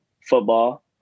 football